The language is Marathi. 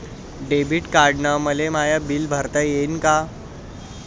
डेबिट कार्डानं मले माय बिल भरता येईन का?